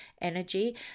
energy